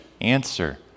answer